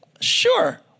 sure